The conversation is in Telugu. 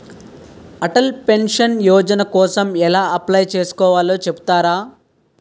అటల్ పెన్షన్ యోజన కోసం ఎలా అప్లయ్ చేసుకోవాలో చెపుతారా?